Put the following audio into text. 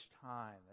time